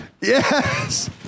yes